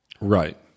Right